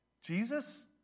Jesus